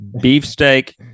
beefsteak